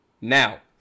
now